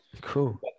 Cool